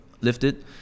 Lifted